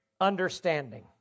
understanding